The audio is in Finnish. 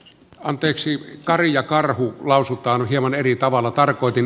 anteeksi karja karhu lausutaan hieman eri tavalla asia